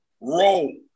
roll